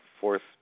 fourth